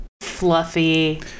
Fluffy